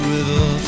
River